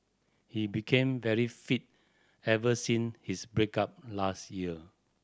he became very fit ever since his break up last year